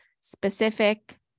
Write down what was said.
specific